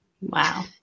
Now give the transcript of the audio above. Wow